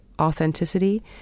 authenticity